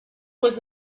was